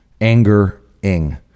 Anger-ing